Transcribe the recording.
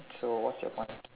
so what's your point